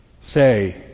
say